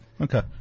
Okay